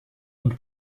und